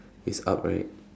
is up right